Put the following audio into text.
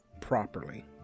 properly